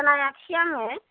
खोनायाखसै आङो